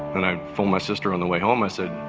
and i phoned my sister on the way home. i said,